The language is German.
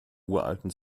uralten